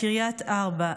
קריית ארבע,